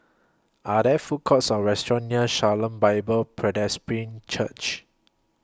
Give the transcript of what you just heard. Are There Food Courts Or restaurants near Shalom Bible Presbyterian Church